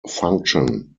function